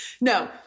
No